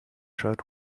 shirt